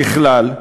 ככלל,